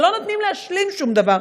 אבל לא נותנים להשלים שום דבר.